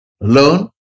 learn